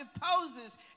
poses